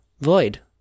void